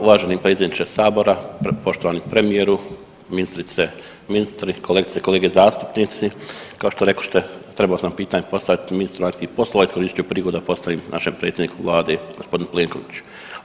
Uvaženi predsjedniče sabora, poštovani premijeru, ministrice i ministri, kolegice i kolege zastupnici, kao što rekošte trebao sam pitanje postaviti ministru vanjskih poslova iskoristit ću prigodu na postavim našem predsjedniku vlade gospodinu Plenkoviću.